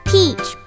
Peach